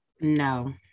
No